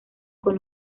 con